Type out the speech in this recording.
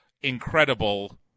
incredible